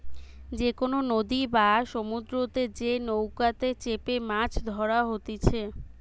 যে কোনো নদী বা সমুদ্রতে যে নৌকাতে চেপেমাছ ধরা হতিছে